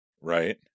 right